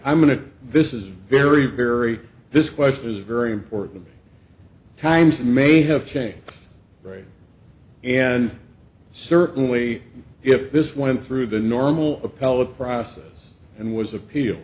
i'm going to this is very very this question is very important times may have changed right and certainly if this went through the normal appellate process and was appeal